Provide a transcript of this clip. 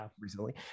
recently